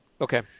Okay